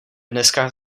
dneska